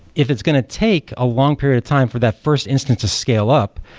if it's going to take a long period of time for that first instance to scale up,